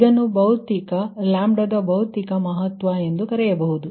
ಇದನ್ನು ಲ್ಯಾಂಬ್ಡಾದ ಭೌತಿಕ ಮಹತ್ವ ಎಂದು ಕರೆಯಬಹುದು